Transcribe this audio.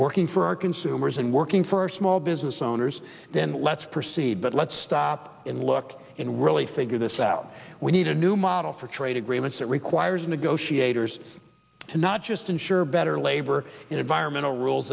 working for our consumers and working for a small business owners then let's proceed but let's stop and look in really figure this out we need a new model for trade agreements that requires negotiators to not just ensure better labor and environmental rules